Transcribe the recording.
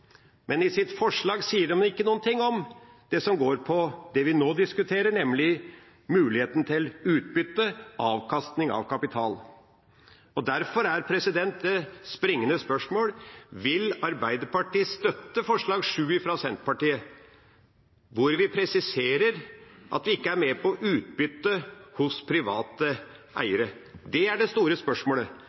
Men i sitt forslag sier de ikke noe om det som angår det vi nå diskuterer, nemlig muligheten til utbytte, avkastning av kapital. Derfor er det springende spørsmålet: Vil Arbeiderpartiet støtte forslag nr. 7, fra Senterpartiet, hvor vi presiserer at vi ikke er med på utbytte hos private eiere? Det er det store spørsmålet.